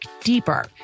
deeper